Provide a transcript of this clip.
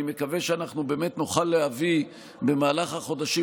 אני מקווה שאנחנו באמת נוכל להביא במהלך החודשים